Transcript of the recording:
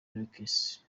lakers